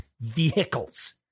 vehicles